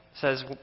says